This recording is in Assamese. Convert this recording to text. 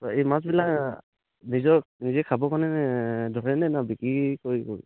এই মাছবিলাক নিজক নিজে খাব কাৰণে ধৰণে ন বিক্ৰী কৰিব